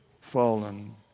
fallen